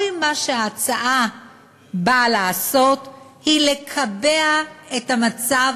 כל מה שההצעה באה לעשות זה לקבע את המצב